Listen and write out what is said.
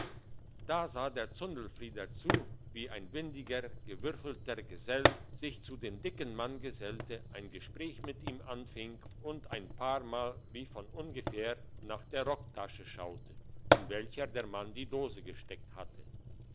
da sah der zundelfrieder zu wie ein windiger gewürfelter gesell sich zu dem dicken mann stellte ein gespräch mit ihm anfing und ein paarmal wie von ungefähr nach der rocktasche schaute in welche der mann die dose gesteckt hatte